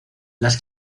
las